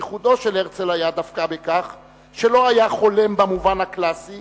ייחודו של הרצל היה דווקא בכך שלא היה חולם במובן הקלאסי,